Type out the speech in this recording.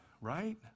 right